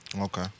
Okay